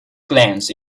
glance